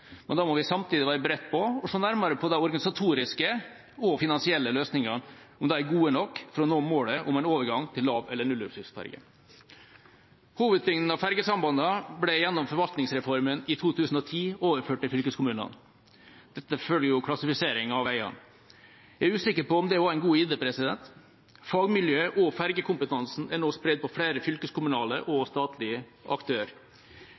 men da må vi samtidig være beredt på å se nærmere på om de organisatoriske og finansielle løsningene er gode nok for å nå målet om en overgang til lav- eller nullutslippsferge. Hovedtyngden av fergesambandene ble gjennom forvaltningsreformen i 2010 overført til fylkeskommunene. Dette følger klassifisering av veiene. Jeg er usikker på om det var en god idé. Fagmiljøet og fergekompetansen er nå spredd på flere fylkeskommunale og statlige aktører.